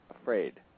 afraid